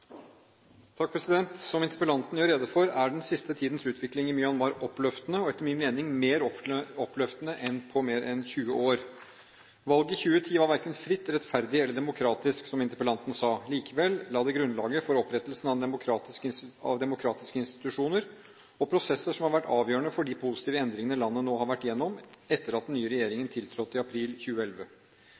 utvikling i Myanmar oppløftende – og etter min mening mer oppløftende enn på mer enn 20 år. Valget i 2010 var verken fritt, rettferdig eller demokratisk, som interpellanten sa. Likevel la det grunnlaget for opprettelsen av demokratiske institusjoner og prosesser som har vært avgjørende for de positive endringene landet nå har vært gjennom etter at den nye regjeringen tiltrådte i april 2011.